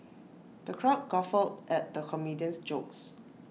the crowd guffawed at the comedian's jokes